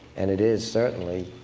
and it is certainly